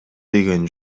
деген